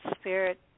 spirit